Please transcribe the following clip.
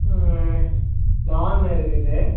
நாண் இருக்குது